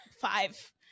five